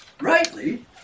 rightly